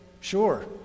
sure